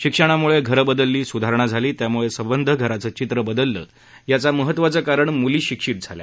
शिक्षणामुळे घरं बदलली स्धारणा झाली त्याम्ळे संबंध घराचं चित्र बदललं याचा महत्वाचं कारण म्ली शिक्षित झाल्या